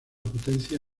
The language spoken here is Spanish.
potencia